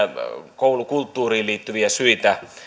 koulukulttuuriin liittyviä syitä